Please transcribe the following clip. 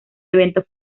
evento